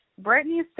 Brittany